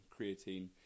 creatine